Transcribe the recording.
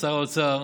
ושר האוצר